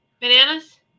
bananas